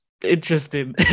interesting